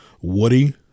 Woody